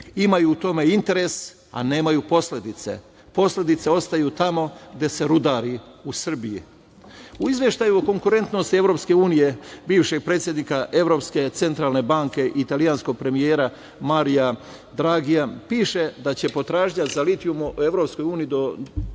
Imaju u tome interes, a nemaju posledice. Posledice ostaju tamo gde se rudari, u Srbiji.U Izveštaju o konkurentnosti EU bivšeg predsednika Evropske centralne banke, italijanskog premijera, Marija Dragija, piše da će potražnja za litijumom u EU do